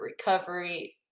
recovery